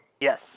Yes